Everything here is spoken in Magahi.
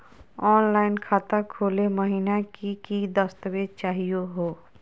ऑनलाइन खाता खोलै महिना की की दस्तावेज चाहीयो हो?